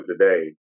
today